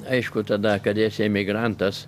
aišku tada kada esi emigrantas